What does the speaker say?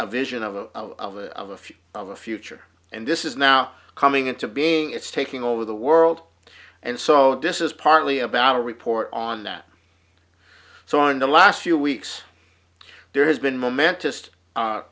a vision of a of a of a few of a future and this is now coming into being it's taking over the world and so this is partly about a report on that so in the last few weeks there has been momentous